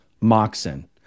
Moxon